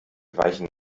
weichen